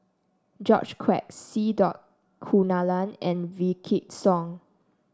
George Quek C dot Kunalan and Wykidd Song